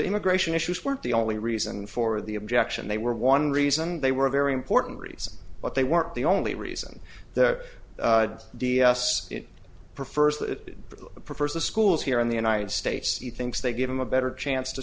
immigration issues weren't the only reason for the objection they were one reason they were very important reasons but they weren't the only reason that d s prefers that prefers the schools here in the united states he thinks they give him a better chance to